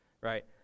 right